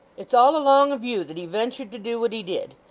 it's all along of you that he ventured to do what he did.